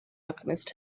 alchemist